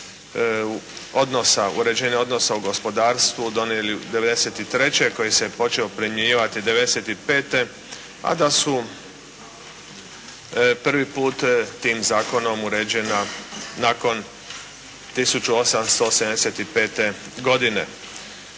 uređenja odnosa u gospodarstvu donijeli 93. koji je počeo primjenjivati 95. a da su prvi put tim zakonom uređena, nakon 1875. godine.